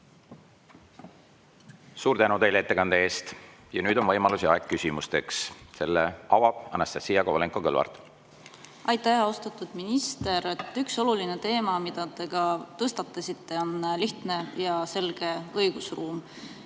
Suur tänu teile ettekande eest! Nüüd on võimalus ja aeg küsimusteks. Alustab Anastassia Kovalenko-Kõlvart. Aitäh! Austatud minister! Üks oluline teema, mille te ka tõstatasite, on lihtne ja selge õigusruum.